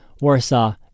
Warsaw